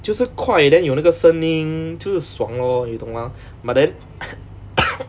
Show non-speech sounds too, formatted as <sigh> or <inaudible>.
就是快 then 有那个声音就是爽 lor 你懂吗 but then <coughs>